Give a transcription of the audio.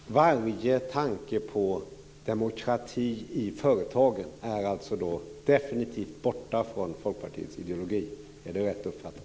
Fru talman! Varje tanke på demokrati i företagen är alltså definitivt borta från Folkpartiets ideologi. Är det rätt uppfattat?